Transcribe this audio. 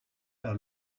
par